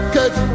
Cause